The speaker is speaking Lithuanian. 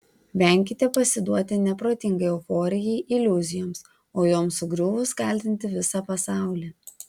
venkite pasiduoti neprotingai euforijai iliuzijoms o joms sugriuvus kaltinti visą pasaulį